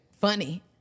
funny